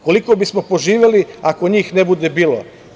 Koliko bismo poživeli ako njih ne bude bilo.